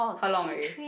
how long already